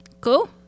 Cool